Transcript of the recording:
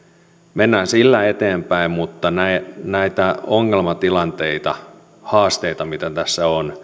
mennään sillä eteenpäin mutta näitä ongelmatilanteita haasteita mitä tässä on